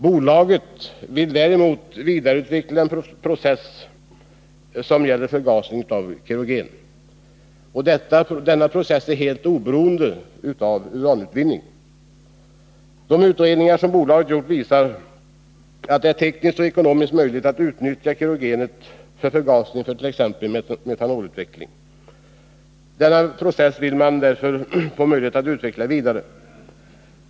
Bolaget vill däremot vidareutveckla en process som gäller förgasning av kerogen. Denna process är helt oberoende av uranutvinning. De utredningar som bolaget gjort visar att det är tekniskt och ekonomiskt möjligt att utnyttja kerogenet för förgasning för exempelvis metanolutveckling. Denna process vill man därför få möjlighet att utveckla vidare.